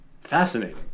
Fascinating